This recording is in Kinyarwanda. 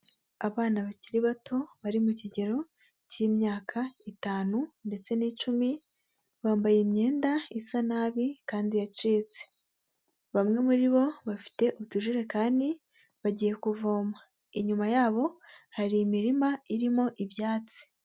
Abana bakiri bato bari mu kigero k'imyaka itanu ndetse n'icumi, bambaye imyenda isa nabi kandi yacitse, bamwe muri bo bafite utujerekani bagiye kuvoma, inyuma yabo hari imirima irimo ibyatsi.